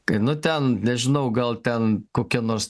tai nu ten nežinau gal ten kokia nors